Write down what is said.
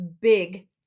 big